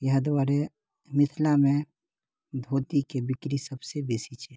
इएह दुआरे मिथिलामे धोतीके बिक्री सभसे बेसी छै